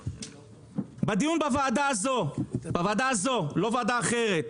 בדיון בוועדה הזו, לא ועדה אחרת,